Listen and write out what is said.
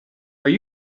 are